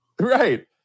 Right